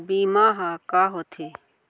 बीमा ह का होथे?